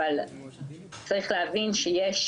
אבל צריך להבין שיש